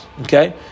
Okay